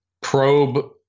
probe